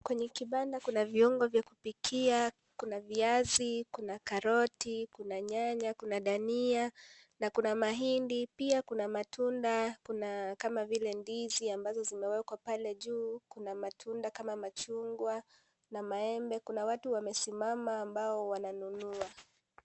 Kwenye kibanda kuna viungo vya kupika, kuna viazi, kuna karoti, kuna nyanya, kuna dania na kuna mahindi pia kuna matunda, kuna kama vile, ndizi ambazo zimewekwa pale juu, na matunda kama, machungwa na maembe. Kuna watu wamesimama ambao wananunua.